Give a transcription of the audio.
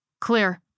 Clear